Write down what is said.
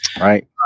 Right